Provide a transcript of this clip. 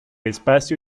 espacio